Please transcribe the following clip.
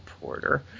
Porter